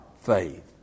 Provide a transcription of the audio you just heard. faith